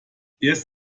erst